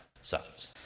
sons